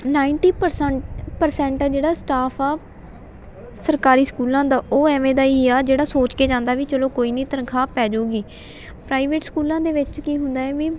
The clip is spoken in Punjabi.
ਨਾਈਨਟੀ ਪ੍ਰਸੈਂ ਪ੍ਰਸੈਂਟ ਆ ਜਿਹੜਾ ਸਟਾਫ ਆ ਸਰਕਾਰੀ ਸਕੂਲਾਂ ਦਾ ਉਹ ਐਵੇਂ ਦਾ ਹੀ ਆ ਜਿਹੜਾ ਸੋਚ ਕੇ ਜਾਂਦਾ ਵੀ ਚਲੋ ਕੋਈ ਨਹੀਂ ਤਨਖਾਹ ਪੈ ਜੂਗੀ ਪ੍ਰਾਈਵੇਟ ਸਕੂਲਾਂ ਦੇ ਵਿੱਚ ਕੀ ਹੁੰਦਾ ਵੀ